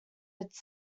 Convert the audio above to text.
its